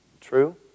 True